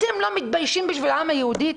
אתם לא מתביישים בשביל העם היהודי?